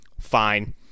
fine